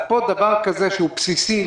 אז דבר כזה בסיסי,